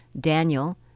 Daniel